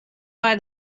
buy